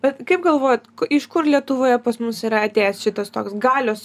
bet kaip galvojat k iš kur lietuvoje pas mus yra atėjęs šitas toks galios